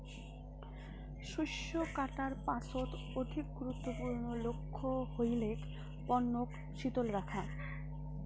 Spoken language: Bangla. শস্য কাটার পাছত অধিক গুরুত্বপূর্ণ লক্ষ্য হইলেক পণ্যক শীতল রাখা